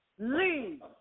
leave